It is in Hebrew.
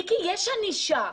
יש ענישה,